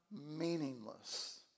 meaningless